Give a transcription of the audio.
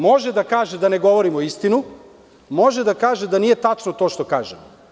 Može da kaže da ne govorimo istinu, može da kaže da nije tačno to što kažemo.